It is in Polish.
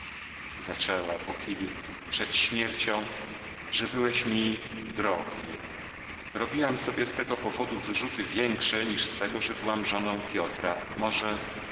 zaczęła po chwili przed śmiercią że byłeś mi drogi robiłam sobie z tego powodu wyrzuty większe niż z tego że byłam żoną piotra może